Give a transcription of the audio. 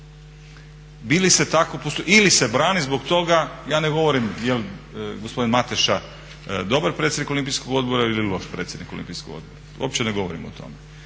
Bili se tako postupalo ili se brani zbog toga? Ja ne govorim jel gospodin Mateša dobar predsjednik Olimpijskog odbora ili loš predsjednik Olimpijskog odbra, uopće ne govorim o tome